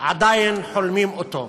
עדיין חולמים אותו.